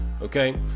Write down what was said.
Okay